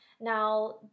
now